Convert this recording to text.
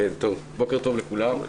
בוקר טוב לכולם.